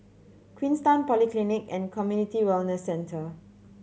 Queenstown Polyclinic and Community Wellness Centre